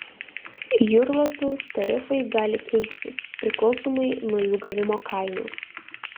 jūrlapių tarifai gali keistis priklausomai nuo jų gavimo kainos